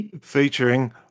Featuring